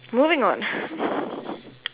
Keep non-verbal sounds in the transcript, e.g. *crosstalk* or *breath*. moving on *breath*